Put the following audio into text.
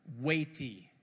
weighty